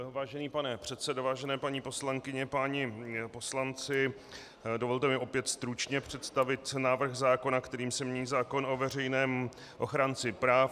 Vážený pane předsedo, vážené paní poslankyně, vážení páni poslanci, dovolte mi opět stručně představit návrh zákona, kterým se mění zákon o veřejném ochránci práv.